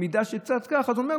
הוא אומר,